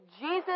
Jesus